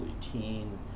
teen